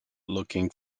looking